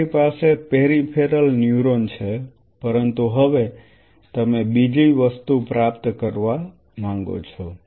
તમારી પાસે peripheral neuron છે પરંતુ હવે તમે બીજી વસ્તુ પ્રાપ્ત કરવા માંગો છો